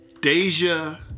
Deja